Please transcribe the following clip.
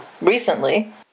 recently